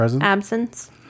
absence